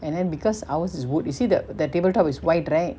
and then because ours is wood you see the the table top is white right